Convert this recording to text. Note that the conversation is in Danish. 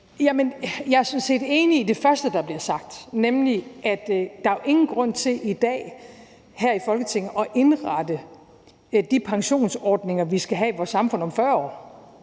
Jeg er sådan set enig i det første, der bliver sagt, nemlig at der jo ikke er nogen grund til i dag her i Folketinget at indrette de pensionsordninger, vi skal have i vores samfund om 40 år.